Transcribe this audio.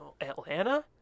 Atlanta